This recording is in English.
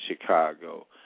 Chicago